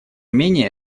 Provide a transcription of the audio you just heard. менее